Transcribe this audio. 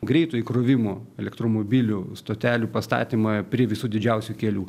greito įkrovimo elektromobilių stotelių pastatymą prie visų didžiausių kelių